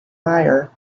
meier